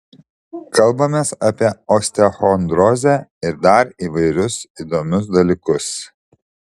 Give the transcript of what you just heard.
kalbamės apie osteochondrozę ir dar įvairius įdomius dalykus